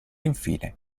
infine